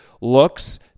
looks